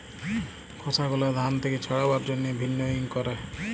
খসা গুলা ধান থেক্যে ছাড়াবার জন্হে ভিন্নউইং ক্যরে